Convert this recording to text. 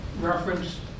reference